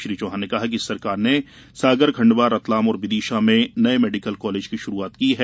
श्री चौहान ने कहा कि सरकार ने सागर खंडवा रतलाम और विदिशा में नये मेडिकल कॉलेजों की शुरूआत की है